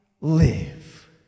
live